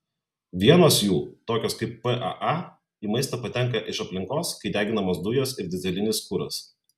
vienos jų tokios kaip paa į maistą patenka iš aplinkos kai deginamos dujos ir dyzelinis kuras